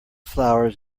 flowers